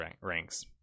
ranks